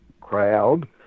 crowd